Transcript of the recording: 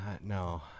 No